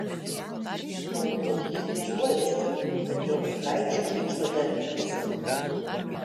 galbūt jis didžiuojasi kad jo vaikaičiui dygsta dantys